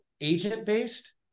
agent-based